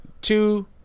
two